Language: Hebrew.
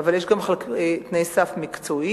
אבל יש גם תנאי סף מקצועיים,